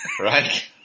right